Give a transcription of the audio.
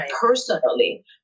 personally